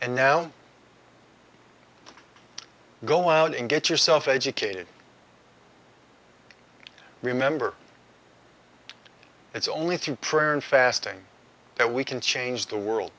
and now go out and get yourself educated remember it's only through prayer and fasting that we can change the world